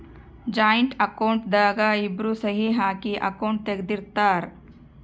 joint account ದಾಗ ಇಬ್ರು ಸಹಿ ಹಾಕಿ ಅಕೌಂಟ್ ತೆಗ್ದಿರ್ತರ್